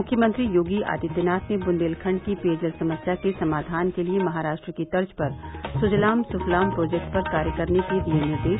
मुख्यमंत्री योगी आदित्यनाथ ने बुन्देलखण्ड की पेयजल समस्या के समाधान के लिए महाराष्ट्र की तर्ज पर सुजलाम सुफलाम प्रोजेक्ट पर कार्य करने के दिये निर्देश